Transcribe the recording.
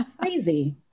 crazy